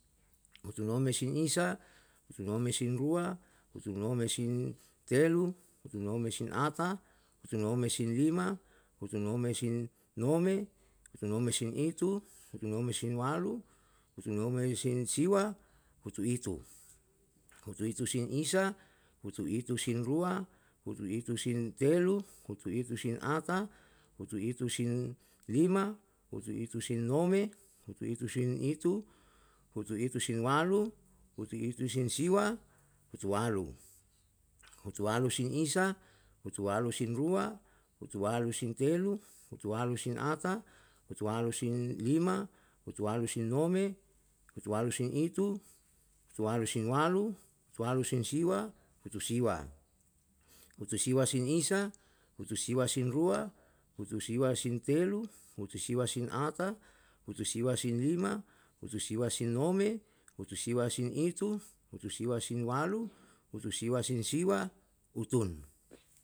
Usunome sin isa usunome sin dua usunome sin telu usunome sin ata usunome sin lima usunome sin nome usunome sin hitu usunome sin walu usunome sin siwa usu hitu usu hitu sin isa usu hitu sin dua usu hitu sin telu usu hitu sin ata usu hitu sin lima usu hitu sin nome usu hitu sin hitu usu hitu sin walu usu hitu sin siwa usu walu. usu walu sin isa usu walu sin dua usu walu sin telu usu walu sin ata usu walu sin ata usu walu sin lima usu walu sin nome hitu usu walu sin walu usu walu sin siwa, hutu siwa, hutu siwa sin isa hutu siwa sin dua hutu siwa sin telu hutu siwa sin ata hutu siwa sin lima hutu siwa sin nome hutu siwa sin hitu hutu siwa sin walu hutu siwa sin siwa hutun